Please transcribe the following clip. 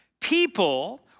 People